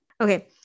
Okay